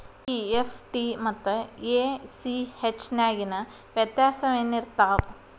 EFT ಮತ್ತ ACH ನ್ಯಾಗಿನ್ ವ್ಯೆತ್ಯಾಸೆನಿರ್ತಾವ?